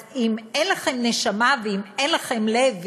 אז אם אין לכם נשמה ואם אין לכם לב,